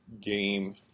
game